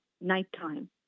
nighttime